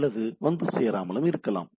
அல்லது வந்து சேராமலும் இருக்கலாம்